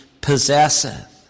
possesseth